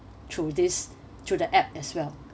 through this through the app as well